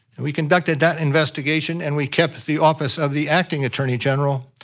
we conducted that investigation and we kept the office of the acting attorney general,